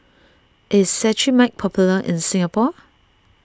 is Cetrimide popular in Singapore